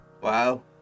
Wow